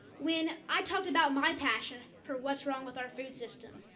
when i talked about my passion, for what's wrong with our food system.